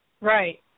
Right